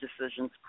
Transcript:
decisions